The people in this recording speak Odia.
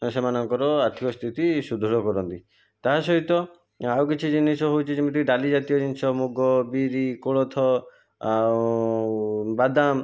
ସେମାନଙ୍କର ଆର୍ଥିକ ସ୍ଥିତି ସୁଦୃଢ଼ କରନ୍ତି ତା' ସହିତ ଆଉ କିଛି ଜିନିଷ ହେଉଛି ଯେମିତି ଡାଲି ଜାତୀୟ ଜିନିଷ ମୁଗ ବିରି କୋଳଥ ଆଉ ବାଦାମ